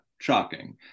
Shocking